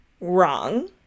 wrong